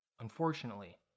Unfortunately